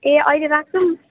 ए अहिले राख्छु